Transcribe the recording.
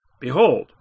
Behold